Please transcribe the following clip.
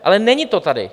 Ale není to tady.